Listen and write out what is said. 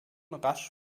rasch